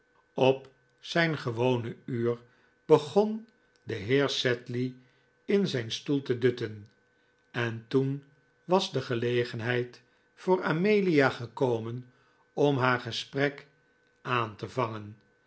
op zijn gewone uur begon de heer sedley in zijn stoel te dutten en toen was de gelegenheid voor amelia gekomen om haar gesprek aan te vangen